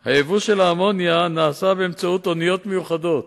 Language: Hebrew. מי שהיה באותו זמן באשדוד,